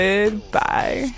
Goodbye